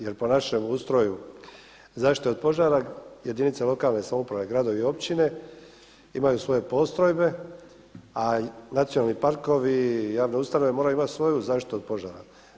Jer po našem ustroju zaštite od požara, jedinice lokalne samouprave, gradovi i općine imaju svoje postrojbe a nacionalni parkovi i javne ustanove moraju imati svoju zaštitu od požara.